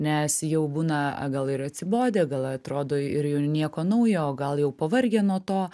nes jau būna gal ir atsibodę gal atrodo ir jau nieko naujo o gal jau pavargę nuo to